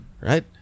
Right